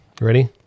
Ready